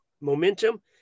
momentum